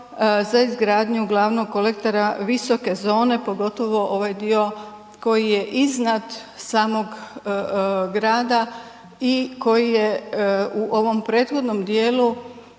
za izgradnju glavnog kolektora visoke zone pogotovo ovaj dio koji je iznad samog grada i koji je u ovom prethodnom djelu